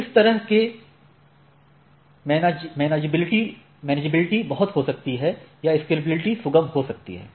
तो इस तरह से मैनाजैबिलिटी बहुत हो सकती है या स्केलेबिलिटी सुगम हो जाती है